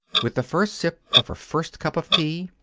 with the first sip of her first cup of tea,